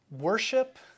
worship